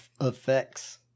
effects